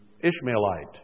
Ishmaelite